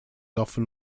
often